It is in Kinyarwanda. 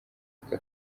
aka